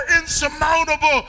insurmountable